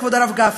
לאן הגענו?